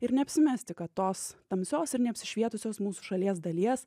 ir neapsimesti kad tos tamsios ir neapsišvietusios mūsų šalies dalies